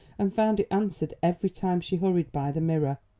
and found it answered every time she hurried by the mirror.